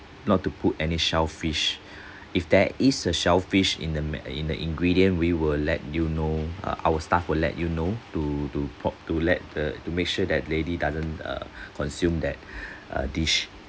not to put any shellfish if there is a shellfish in the me~ in the ingredient we will let you know uh our staff will let you know to to po~ to let the to make sure that lady doesn't err consume that err dish